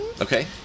Okay